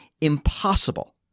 impossible